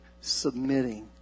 Submitting